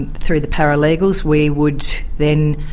and through the paralegals, we would then